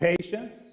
patience